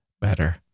better